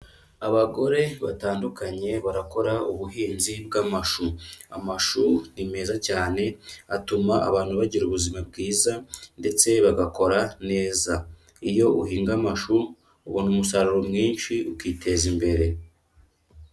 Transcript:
Abagore batandukanye barakora ubuhinzi bw'amashu. Amashu ni meza cyane, atuma abantu bagira ubuzima bwiza ndetse bagakora neza. Iyo uhinga amashu ubona umusaruro mwinshi ukiteza imbere.